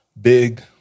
big